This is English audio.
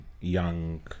young